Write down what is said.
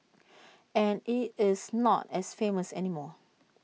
and IT is not as famous anymore